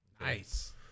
Nice